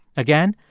again,